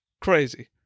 crazy